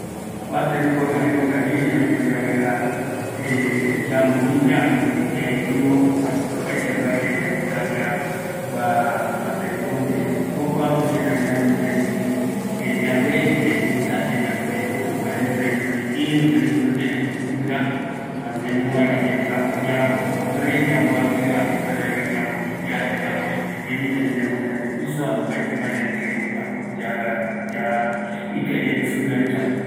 Kua tembiporu, jaeko yayoe vaera yande piso, yandero ipiso, kuako mopëtï trapo, ñamoakɨ, jare ñañonota ɨvɨrare, yaipisɨ vaera pisore, jukuräi yande yayapota